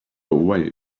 away